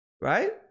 Right